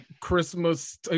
Christmas